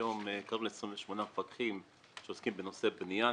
היום קרוב ל-28 מפקחים שעוסקים בנושא בנייה,